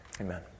Amen